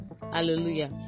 Hallelujah